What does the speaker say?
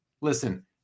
listen